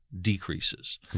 decreases